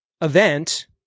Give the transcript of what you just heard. event